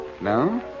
No